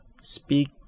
Speak